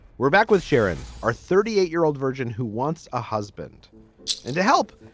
we're back with sharon are thirty eight year old virgin who wants a husband and to help.